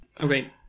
okay